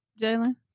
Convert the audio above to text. Jalen